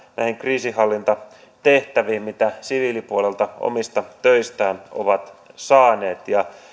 näihin kriisinhallintatehtäviin jopa lisäosaamista mitä siviilipuolelta omista töistään ovat saaneet